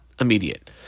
immediate